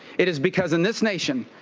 it is because in this nation,